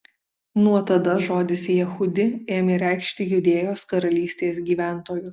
nuo tada žodis jehudi ėmė reikšti judėjos karalystės gyventojus